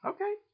Okay